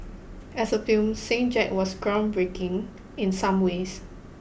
as a film Saint Jack was groundbreaking in some ways